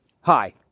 Hi